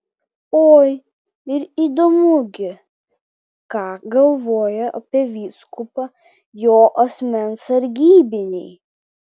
oi ir įdomu gi ką galvoja apie vyskupą jo asmens sargybiniai